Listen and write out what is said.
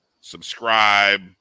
subscribe